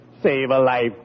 Save-A-Life